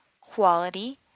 quality